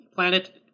planet